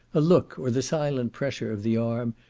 a look, or the silent pressure of the arm,